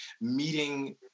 meeting